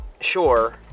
sure